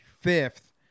fifth